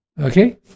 Okay